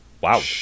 wow